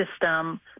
system